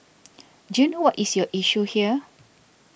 do you know what is your issue here